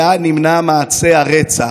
היה נמנע מעשה הרצח.